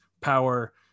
power